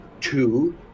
two